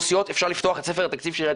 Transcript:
אפשר לפתוח את ספר התקציב של עיריית